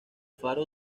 faro